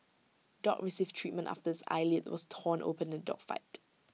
dog receives treatment after its eyelid was torn open the dog fight